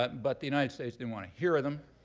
but but the united states didn't want to hear of them.